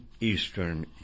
eastern